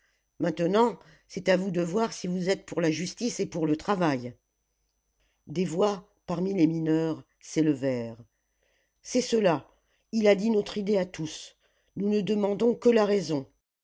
maintenant c'est à vous de voir si vous êtes pour la justice et pour le travail des voix parmi les mineurs s'élevèrent c'est cela il a dit notre idée à tous nous ne demandons que la raison